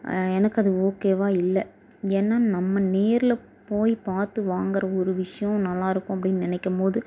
எனக்கு அது ஓகேவாக இல்லை ஏன்னா நம்ம நேரில் போய் பார்த்து வாங்குற ஒரு விஷயம் நல்லா இருக்கும் அப்படின்னு நினைக்கும் போது